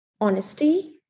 honesty